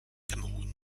cameroun